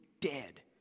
dead